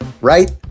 right